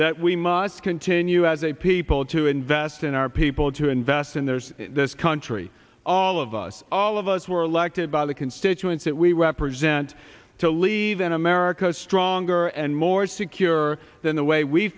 that we must continue as a people to invest in our people to invest in theirs this country all of us all of us were elected by the constituents that we represent to leave an america stronger and more secure than the way we